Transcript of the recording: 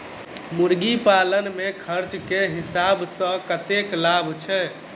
मुर्गी पालन मे खर्च केँ हिसाब सऽ कतेक लाभ छैय?